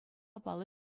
паллӑ